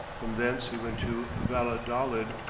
from thence he went to valladolid,